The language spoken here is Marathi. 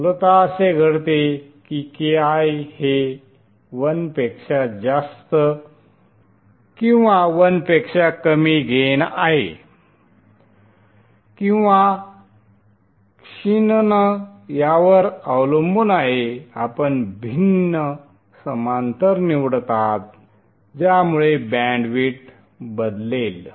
मूलतः असे घडते की Ki हे 1 पेक्षा जास्त किंवा 1 पेक्षा कमी गेन आहे किंवा क्षीणन यावर अवलंबून आहे आपण भिन्न समांतर निवडत आहात ज्यामुळे बँडविड्थ बदलेल